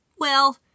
Well